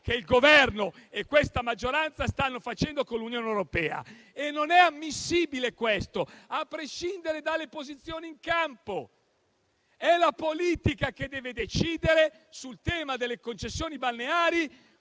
che il Governo e questa maggioranza stanno tenendo nella trattativa con l'Unione europea. Ciò non è ammissibile a prescindere dalle posizioni in campo; è la politica che deve decidere sul tema delle concessioni balneari